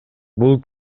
бул